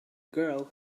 girl